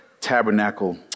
tabernacle